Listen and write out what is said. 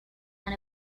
and